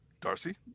Darcy